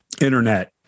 internet